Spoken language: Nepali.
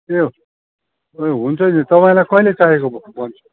ए ए हुन्छ नि तपाईँलाई कहिले चाहिएको